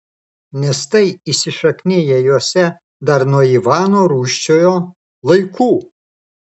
nes tai įsišakniję juose dar nuo ivano rūsčiojo laikų